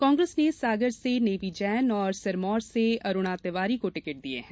कांग्रेस ने सागर से नेवी जैन और सिरमौर से अरुणा तिवारी को टिकट दिया है